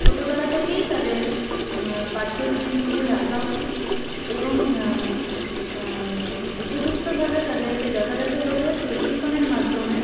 ছোটোবেলা থেকেই তাদের পাঠ্যসূচির মধ্যে রাখা উচিত এবং যু উপযুক্তভাবে তাদেরকে যথাযতভাবে প্রশিক্ষণের মাধ্যমে